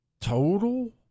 Total